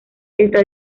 está